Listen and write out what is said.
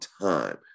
time